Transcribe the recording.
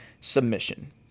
submission